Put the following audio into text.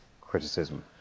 criticism